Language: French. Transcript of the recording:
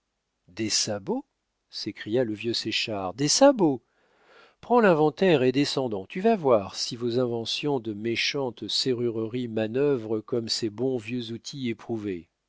des sabots s'écria le vieux séchard des sabots prends l'inventaire et descendons tu vas voir si vos inventions de méchante serrurerie manœuvrent comme ces bons vieux outils éprouvés